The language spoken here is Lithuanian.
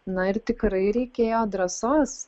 na ir tikrai reikėjo drąsos